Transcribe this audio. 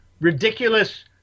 ridiculous